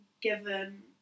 given